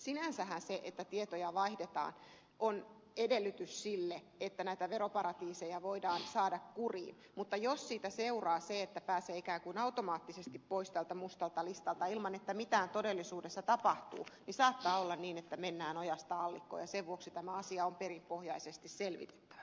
sinänsähän se että tietoja vaihdetaan on edellytys sille että näitä veroparatiiseja voidaan saada kuriin mutta jos siitä seuraa se että pääsee ikään kuin automaattisesti pois tältä mustalta listalta ilman että mitään todellisuudessa tapahtuu niin saattaa olla niin että mennään ojasta allikkoon ja sen vuoksi tämä asia on perinpohjaisesti selvitettävä